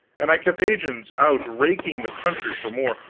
and i kept agents out raking the country for more,